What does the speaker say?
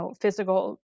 physical